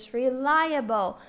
reliable